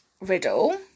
riddle